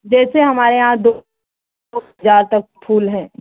जैसे हमारे यहाँ दो हजार तक फूल है